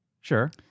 Sure